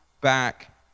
back